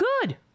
good